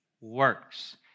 works